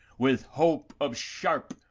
with hope of sharp,